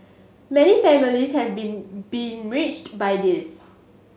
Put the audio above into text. many families have been by this